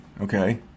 Okay